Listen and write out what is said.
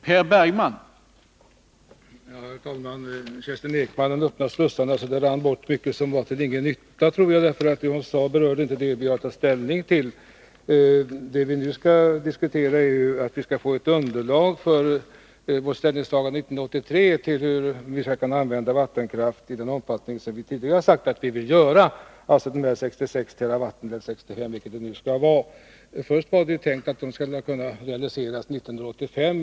Herr talman! Kerstin Ekman öppnade slussarna. Mycken tid rann därför bort utan att vara till någon nytta. Det hon sade berör nämligen inte det som vi nu har att ta ställning till. Det vi nu skall diskutera är ju att vi skall få ett underlag för vårt ställningstagande 1983. Det gäller hur vi skall kunna använda vattenkraften i den omfattning som vi tidigare uttalat önskemål om. Det är alltså fråga om de 65 eller 66 terawatten. Först var det tänkt att planerna skulle realiseras 1985.